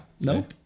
No